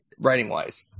writing-wise